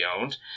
owned